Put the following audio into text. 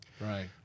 Right